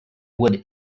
would